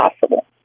possible